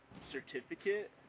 certificate